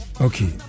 okay